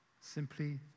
simply